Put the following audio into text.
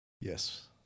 Yes